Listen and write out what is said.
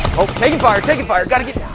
oh! taking fire! taking fire! got to get